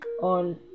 on